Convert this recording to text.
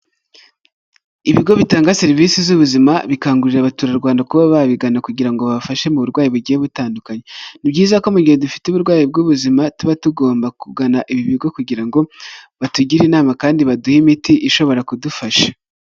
Ibigo bitanga serivisi z'ubuzima bikangurira abaturarwanda kuba babigana kugira ngo babafashe mu burwayi bugiye butandukanye. Ni byiza ko mu gihe dufite uburwayi bw'ubuzima, tuba tugomba kugana ibi bigo kugira ngo batugire inama kandi baduhe imiti ishobora kudufasha.